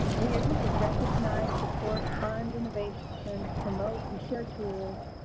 we are here to recognize support, fund innovation, promote and share tools,